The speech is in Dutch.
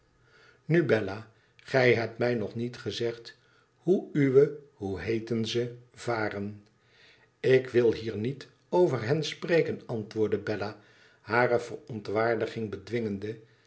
nu bella gij hebt mij nog niet gezegd hoe uwe hoeheetenze vare ik wil hier niet over hen spreken antwoordde bella hare verontwaardiging bedwingende